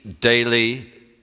daily